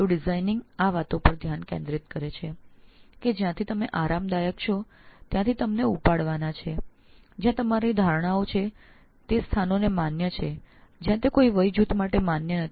design thinking એ વાત ઉપર ધ્યાન દોરે છે કે આપ જ્યાં આરામદાયક અનુભવો છો તેમજ જ્યાં આપની ધારણાઓ છે તે સ્થાનોને માન્ય છે તેવા સ્થાનથી ઉપાડીને એવા કોઈ સ્થાન પર મૂકવામાં આવે જ્યાં તે ધારણાઓ કોઈ વય જૂથ માટે માન્ય નથી